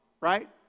right